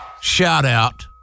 shout-out